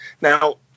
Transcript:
Now